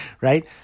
Right